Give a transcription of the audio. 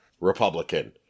Republican